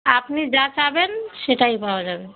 আপনি যা চাইবেন সেটাই পাওয়া যাবে